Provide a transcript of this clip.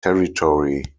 territory